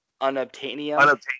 unobtainium